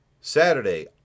Saturday